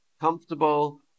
comfortable